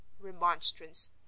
remonstrance